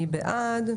מי בעד?